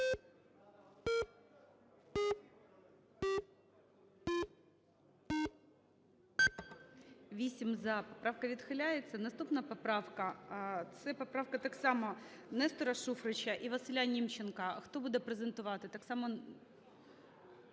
За-8 Поправка відхиляється. Наступна поправка, це поправка так само Нестора Шуфрича і Василя Німченка. Хто буде презентувати? Так само?